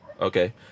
Okay